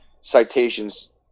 citations